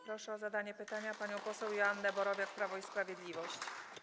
Proszę o zadanie pytania panią poseł Joannę Borowiak, Prawo i Sprawiedliwość.